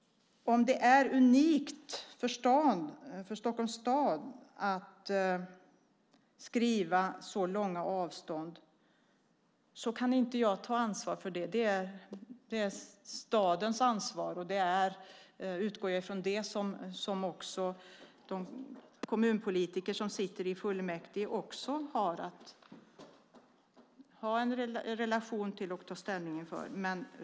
Jag kan inte ta ansvar för att staden skriver så långa avtal. Det är stadens ansvar. Jag utgår ifrån att de kommunpolitiker som sitter i fullmäktige kommer att ta ställning till det.